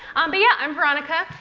um but yeah, i'm veronica.